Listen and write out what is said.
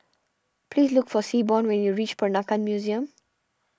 please look for Seaborn when you reach Peranakan Museum